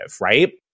right